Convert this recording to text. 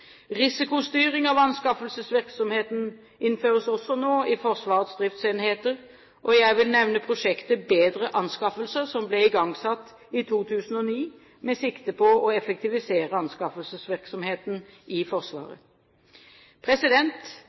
Risikostyring av anskaffelsesvirksomheten innføres også nå i Forsvarets driftsenheter, og jeg vil nevne prosjektet «Bedre Anskaffelser» som ble igangsatt i 2009 med sikte på å effektivisere anskaffelsesvirksomheten i Forsvaret.